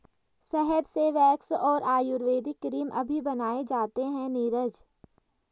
शहद से वैक्स और आयुर्वेदिक क्रीम अभी बनाए जाते हैं नीरज